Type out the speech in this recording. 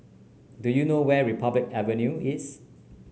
do you know where Republic Avenue is